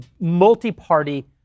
multi-party